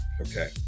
Okay